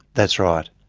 that's right.